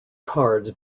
cards